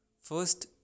first